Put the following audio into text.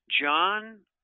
John